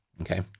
okay